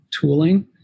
tooling